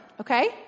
okay